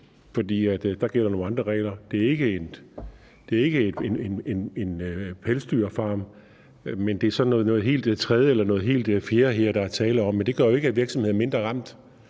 der gælder nogle andre regler, og det er ikke en pelsdyrfarm, men det er så noget helt tredje eller noget helt fjerde, der er tale om her. Men det gør jo ikke, at virksomheden er mindre ramt